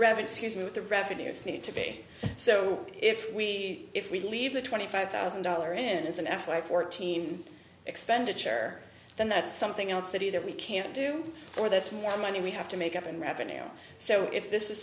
revenues who's moved the revenues need to pay so if we if we leave the twenty five thousand dollar in as an f y fourteen expenditure then that's something else that either we can do or that's more money we have to make up in revenue so if this is